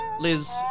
Liz